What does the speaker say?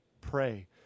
pray